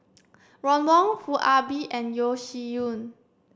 Ron Wong Foo Ah Bee and Yeo Shih Yun